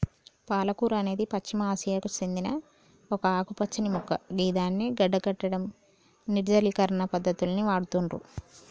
పాలకూర అనేది పశ్చిమ ఆసియాకు సేందిన ఒక ఆకుపచ్చని మొక్క గిదాన్ని గడ్డకట్టడం, నిర్జలీకరణ పద్ధతులకు వాడుతుర్రు